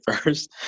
first